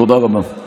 תודה רבה.